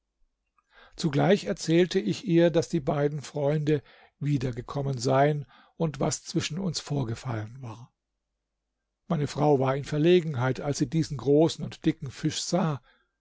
zugleich erzählte ich ihr daß die beiden freunde wieder gekommen seien und was zwischen uns vorgefallen war meine frau war in verlegenheit als sie diesen großen und dicken fisch sah